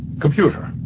Computer